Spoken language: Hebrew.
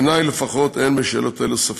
בעיני לפחות אין בשאלות אלה ספק.